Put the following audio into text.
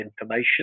information